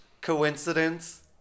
Coincidence